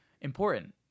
important